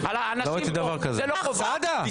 אנשים פה --- סעדה, אתה מעכב אותי.